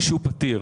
פתיר.